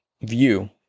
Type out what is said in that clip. view